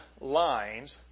lines